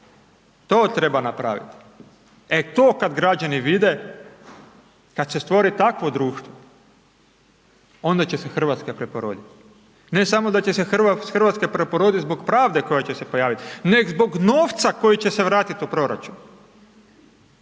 To treba napraviti. E, to kad građani vide, kad se stvori takvo društvo, onda će se Hrvatska preporoditi. Ne samo da će se Hrvatska preporoditi zbog pravde koja će se pojaviti nego zbog novca koji će se vratiti u proračun.